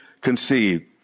conceived